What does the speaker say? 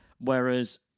Whereas